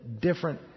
different